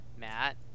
Matt